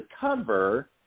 cover